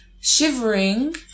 shivering